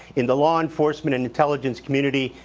in the law enforcement, and intelligence community,